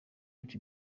not